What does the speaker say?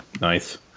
nice